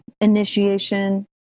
initiation